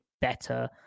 better